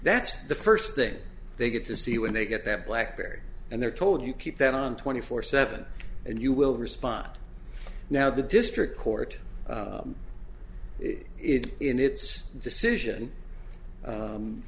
that's the first thing they get to see when they get that black berry and they're told you keep them on twenty four seven and you will respond now the district court in its decision